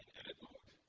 edit mode.